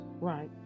Right